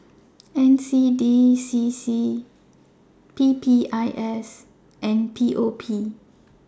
NCDCC PPIS and POP